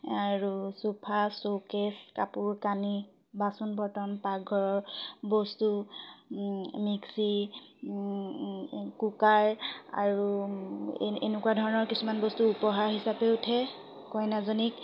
আৰু sofa showcase কাপোৰ কানি বাচন বৰ্তন পাকঘৰৰ বস্তু মিক্সি কুকাৰ আৰু এনে এনেকুৱা ধৰণৰ কিছুমান বস্তু উপহাৰ হিচাপে উঠে কইনাজনীক